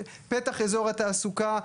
פתח אזור התעסוקה.